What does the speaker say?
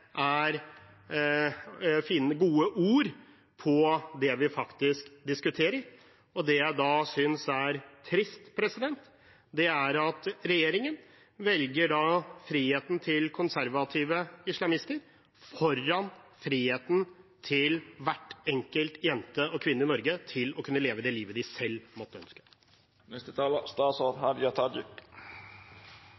er gode ord med tanke på det vi faktisk diskuterer. Det jeg synes er trist, er at regjeringen velger friheten til konservative islamister foran friheten til hver enkelt jente og kvinne i Norge til å kunne leve det livet de selv måtte